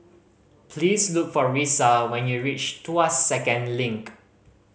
please look for Risa when you reach Tuas Second Link